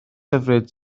hyfryd